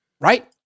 Right